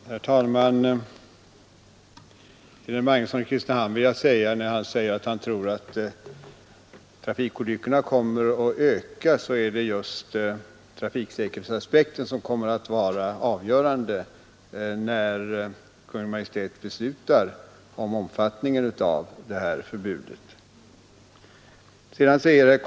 Herr talman! Herr Magnusson i Kristinehamn tror att trafikolyckorna kommer att öka. Till det vill jag säga att trafiksäkerhetsaspekten kommer att vara avgörande när Kungl. Maj:t beslutar om omfattningen av förbudet.